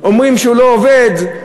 אומרים שהוא לא עובד,